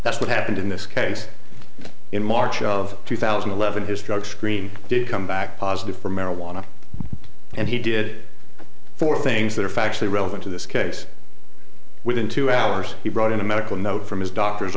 that's what happened in this case in march of two thousand and eleven his drug screen did come back positive for marijuana and he did four things that are factually relevant to this case within two hours he brought in a medical note from his doctor's